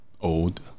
old